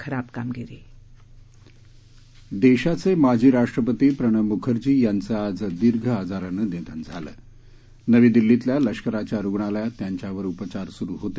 खराब कामगिरी देशाचे माजी राष्ट्रपती प्रणव म्खर्जी यांचं आज दीर्घ आजारानं निधन झालं नवी दिल्लीतल्या लष्कराच्या रुग्णालयात त्यांच्यावर उपचार स्रु होते